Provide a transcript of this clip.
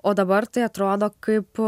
o dabar tai atrodo kaip